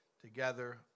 together